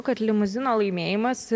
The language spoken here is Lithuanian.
kad limuzino laimėjimas